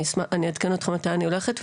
אני אעדכן אותך מתי אני הולכת.